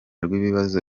rw’ibibazo